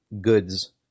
goods